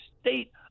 state